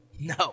No